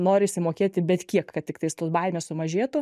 norisi mokėti bet kiek kad tiktais tos baimės sumažėtų